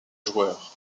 joueur